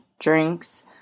drinks